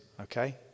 okay